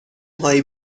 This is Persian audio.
هایی